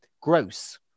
gross